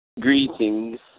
Greetings